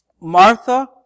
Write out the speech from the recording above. Martha